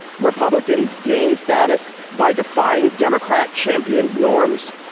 republicans gain status by defying democrat champion norms.